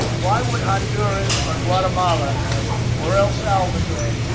why would honduras or guatemala or el salvador,